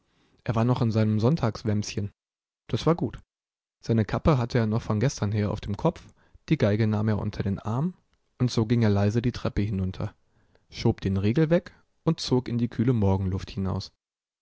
er war noch in seinem sonntagswämschen das war gut seine kappe hatte er noch von gestern her auf dem kopf die geige nahm er unter den arm und so ging er leise die treppe hinunter schob den riegel weg und zog in die kühle morgenluft hinaus